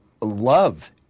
love